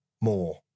more